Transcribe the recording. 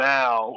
now